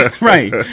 right